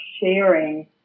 sharing